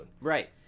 Right